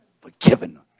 Forgiven